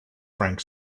frank